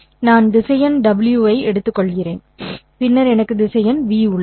நான் திசையன் w' ஐ எடுத்துக்கொள்கிறேன் பின்னர் எனக்கு திசையன் v உள்ளது